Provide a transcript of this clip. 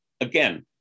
again